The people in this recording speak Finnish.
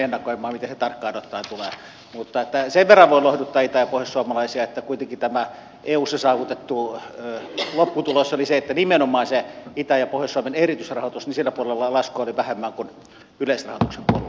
mutta sen verran voin lohduttaa itä ja pohjoissuomalaisia että kuitenkin tämä eussa saavutettu lopputulos oli se että nimenomaan sillä itä ja pohjois suomen erityisrahoituksen puolella laskua oli vähemmän kuin yleisrahoituksen puolella